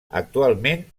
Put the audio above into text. actualment